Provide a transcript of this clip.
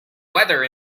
weather